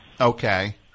Okay